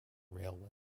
railway